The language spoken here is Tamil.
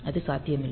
அது சாத்தியமில்லை